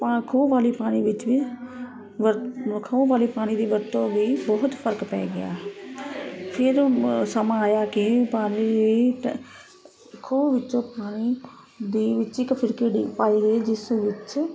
ਪਾ ਖੂਹ ਵਾਲੇ ਪਾਣੀ ਵਿੱਚ ਵੀ ਵਰਤ ਖੂਹ ਵਾਲੇ ਪਾਣੀ ਦੀ ਵਰਤੋਂ ਵੀ ਬਹੁਤ ਫਰਕ ਪੈ ਗਿਆ ਫਿਰ ਸਮਾਂ ਆਇਆ ਕਿ ਪਾਣੀ ਦੀ ਟੈ ਖੂਹ ਵਿੱਚੋਂ ਪਾਣੀ ਦੀ ਵਿੱਚ ਇੱਕ ਫੀਰਕੀ ਡੀ ਪਾਈ ਗਈ ਜਿਸ ਵਿੱਚ